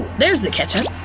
there's the ketchup.